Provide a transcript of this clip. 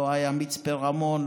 לא היה מצפה רמון,